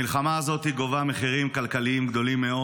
המלחמה הזאת גובה מחירים כלכליים גדולים מאוד.